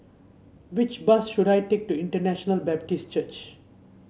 which bus should I take to International Baptist Church